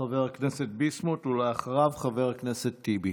חבר הכנסת ביסמוט, ואחריו, חבר הכנסת טיבי,